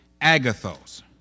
agathos